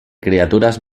criaturas